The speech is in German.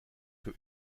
für